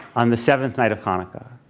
on the seventh night of hanukkah,